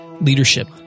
leadership